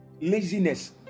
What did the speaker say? laziness